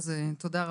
תודה לך.